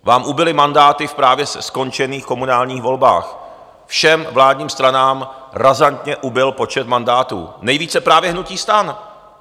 Vám ubyly mandáty v právě skončených komunálních volbách, všem vládním stranám razantně ubyl počet mandátů, nejvíce právě hnutí STAN.